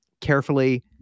carefully—